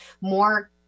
more